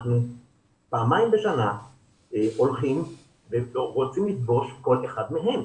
אנחנו פעמיים בשנה הולכים ורוצים לפגוש כל אחד מהם,